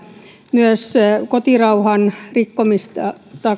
kotirauhan rikkomista